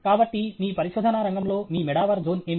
కాబట్టి మీ పరిశోధనా రంగంలో మీ మెడావర్ జోన్ ఏమిటి